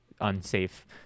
unsafe